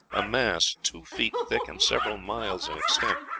a mass two feet thick and several miles in extent,